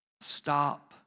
Stop